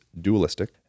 dualistic